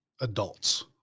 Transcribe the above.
adults